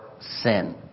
sin